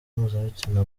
mpuzabitsina